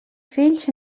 fills